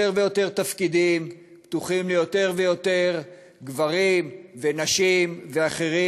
יותר ויותר תפקידים פתוחים ליותר ויותר גברים ונשים ואחרים.